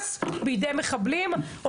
למרמס בידי מחבלים.